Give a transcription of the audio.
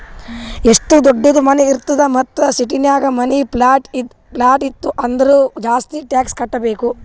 ಎಷ್ಟು ದೊಡ್ಡುದ್ ಮನಿ ಇರ್ತದ್ ಮತ್ತ ಸಿಟಿನಾಗ್ ಮನಿ, ಪ್ಲಾಟ್ ಇತ್ತು ಅಂದುರ್ ಜಾಸ್ತಿ ಟ್ಯಾಕ್ಸ್ ಕಟ್ಟಬೇಕ್